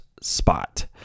spot